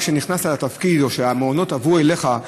כשנכנסת לתפקיד או כשהמעונות עברו אליך,